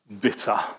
bitter